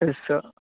yes sir